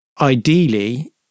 ideally